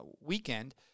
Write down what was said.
weekend